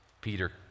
Peter